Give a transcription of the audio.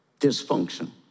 dysfunction